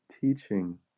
teaching